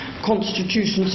Constitutions